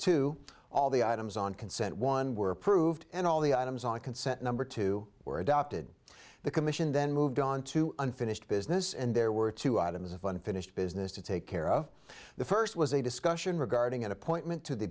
to all the items on consent one were approved and all the items on consent number two were adopted the commission then moved on to unfinished business and there were two items of unfinished business to take care of the first was a discussion regarding an appointment to the